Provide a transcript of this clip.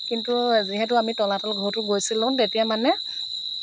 কিন্তু যিহেতু আমি তলাতল ঘৰতো গৈছিলোঁ তেতিয়া মানে